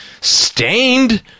stained